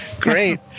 Great